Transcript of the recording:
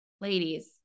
Ladies